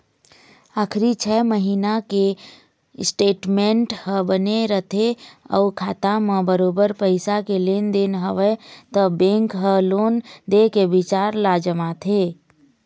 आखरी छै महिना के स्टेटमेंट ह बने रथे अउ खाता म बरोबर पइसा के लेन देन हवय त बेंक ह लोन दे के बिचार ल जमाथे